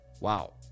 wow